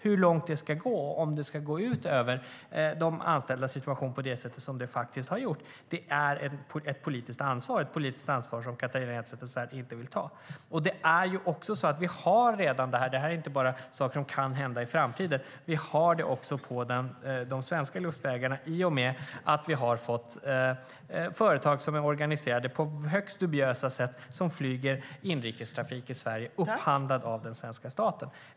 Hur långt ska det gå? Ska det gå ut över de anställdas situation på det sätt som det har gjort? Här finns ett politiskt ansvar som Catharina Elmsäter-Svärd inte vill ta. Vi har redan det här; det är inte bara saker som kan hända i framtiden. Vi har det på de svenska luftvägarna i och med att vi har fått företag som är organiserade på högst dubiösa sätt och flyger inrikestrafik i Sverige, upphandlad av den svenska staten.